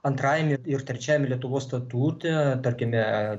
antrajame ir trečiajame lietuvos statute tarkime